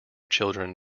children